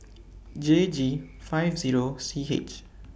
J G five Zero C H